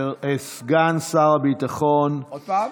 סגן שר הביטחון, עוד פעם?